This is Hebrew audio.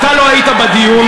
אתה לא היית בדיון,